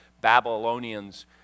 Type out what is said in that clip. Babylonians